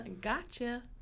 Gotcha